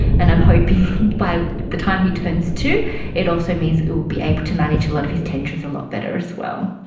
and i'm hoping by the time he turns two it also means we will be able to manage a lot of his tantrums a lot better as well.